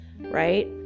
right